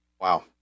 wow